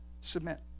submit